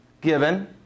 given